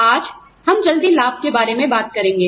आज हम बहुत जल्दी लाभ के बारे में बात करेंगे